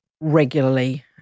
regularly